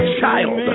child